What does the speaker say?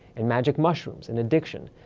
and magic mushrooms and addiction,